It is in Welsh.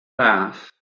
ras